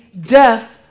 death